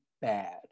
bad